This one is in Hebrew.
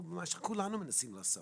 מה שכולנו מנסים לעשות,